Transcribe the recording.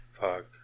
Fuck